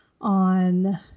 on